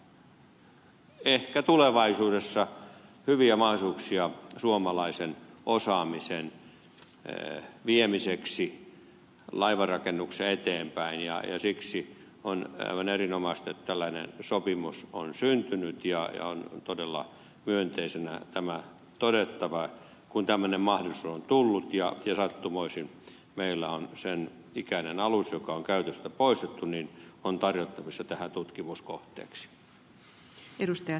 se antaa ehkä tulevaisuudessa hyviä mahdollisuuksia suomalaisen osaamisen viemiseksi laivarakennuksessa eteenpäin ja siksi on aivan erinomaista että tällainen sopimus on syntynyt ja on todella myönteisenä tämä todettava kun tämmöinen mahdollisuus on tullut ja sattumoisin meillä on sen ikäinen alus joka on käytöstä poistettu tarjottavissa tutkimuskohteeksi